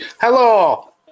Hello